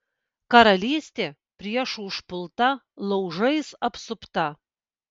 karalystė priešų užpulta laužais apsupta